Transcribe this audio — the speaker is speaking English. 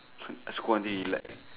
I scold until he left